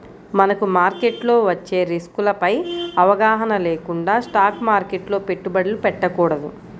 మనకు మార్కెట్లో వచ్చే రిస్కులపై అవగాహన లేకుండా స్టాక్ మార్కెట్లో పెట్టుబడులు పెట్టకూడదు